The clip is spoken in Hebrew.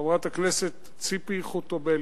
חברת הכנסת ציפי חוטובּלי.